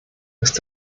ist